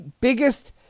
biggest